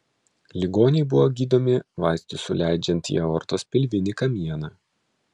ligoniai buvo gydomi vaistus suleidžiant į aortos pilvinį kamieną